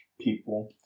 people